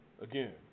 Again